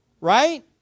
Right